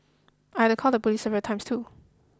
I had to call the police several times too